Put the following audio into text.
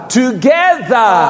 together